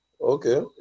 Okay